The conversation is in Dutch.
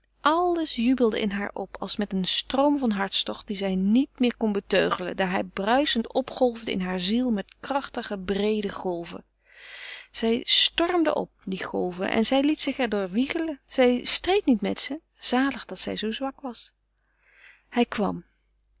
alles jubelde in haar op als met een stroom van hartstocht dien zij niet meer kon beteugelen daar hij bruisend opgolfde in hare ziel met krachtige breede golven zij stormden op die golven en zij liet zich er door wiegelen zij streed niet met ze zalig dat zij zoo zwak was hij kwam